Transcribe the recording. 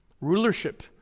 Rulership